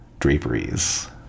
draperies